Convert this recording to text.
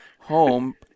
home